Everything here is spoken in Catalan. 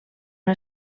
una